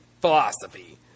philosophy